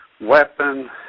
weapon